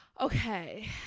Okay